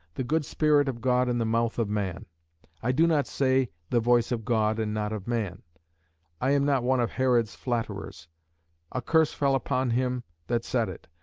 the good spirit of god in the mouth of man i do not say the voice of god and not of man i am not one of herod's flatterers a curse fell upon him that said it,